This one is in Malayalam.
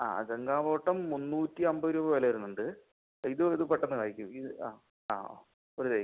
ആ ഗംഗാ ബോട്ടം മുന്നൂറ്റി അമ്പത് രൂപ വില വരുന്നുണ്ട് ഇതും ഇതും പെട്ടെന്ന് കായ്ക്കും ഇത് ആ ആ ഓ അത് കായ്ക്കും